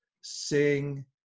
sing